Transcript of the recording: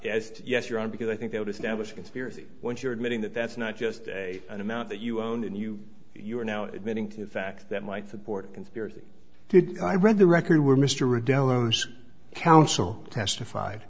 to yes you're on because i think they would establish conspiracy once you're admitting that that's not just a an amount that you own and you you are now admitting to a fact that might support conspiracy did i read the record where mr rebell own counsel testified